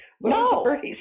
No